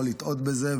יכול לטעות בזה,